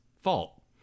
fault